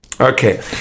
Okay